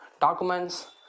documents